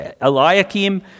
Eliakim